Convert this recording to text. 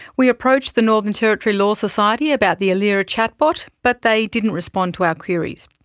we approached the northern territory law society about the ailira chat bot, but they didn't respond to our queries.